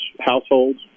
households